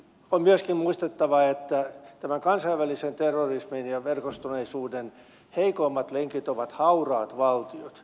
on myöskin muistettava että kansainvälisen terrorismin ja verkostoituneisuuden heikoimmat lenkit ovat hauraat valtiot